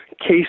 case